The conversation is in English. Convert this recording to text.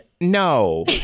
No